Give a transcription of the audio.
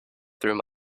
through